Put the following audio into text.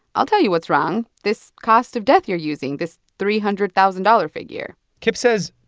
i'll tell you what's wrong this cost of death you're using, this three hundred thousand dollars figure kip says,